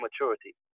maturity